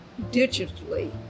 digitally